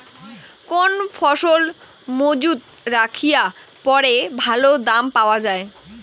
কোন ফসল মুজুত রাখিয়া পরে ভালো দাম পাওয়া যায়?